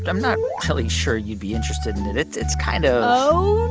i'm not really sure you'd be interested in it. it's it's kind of. oh,